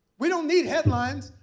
we don't need headlines.